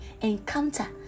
encounter